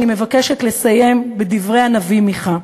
אני מבקשת לסיים בדברי הנביא מיכה,